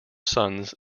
sons